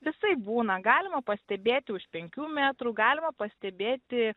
visaip būna galima pastebėti už penkių metrų galima pastebėti